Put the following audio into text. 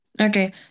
Okay